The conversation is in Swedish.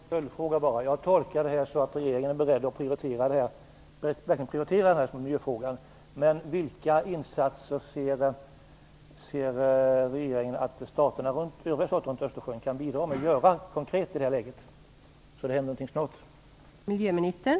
Fru talman! Jag har en kort följdfråga. Jag tolkar detta som att regeringen är beredd att verkligen prioritera den här miljöfrågan. Men vilka insatser ser regeringen att övriga stater runt Östersjön konkret kan göra i det här läget, så att det händer någonting snart?